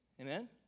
Amen